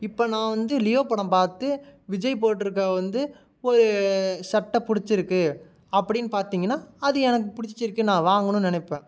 இப்போ நான் வந்து லியோ படம் பார்த்து விஜய் போட்டிருக்க வந்து ஒரு சட்டை பிடிச்சிருக்கு அப்பிடின்னு பார்த்தீங்கன்னா அது எனக்கு பிடிச்சிருக்கு நான் வாங்கணும்னு நினைப்பேன்